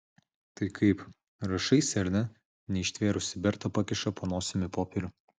tai kaip rašaisi ar ne neištvėrusi berta pakiša po nosimi popierių